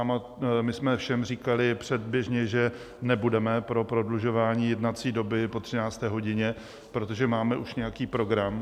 My jsme všem říkali předběžně, že nebudeme pro prodlužování jednací doby po 13. hodině, protože máme už nějaký program.